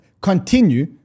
continue